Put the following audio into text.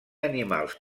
animals